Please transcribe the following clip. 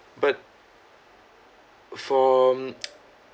but for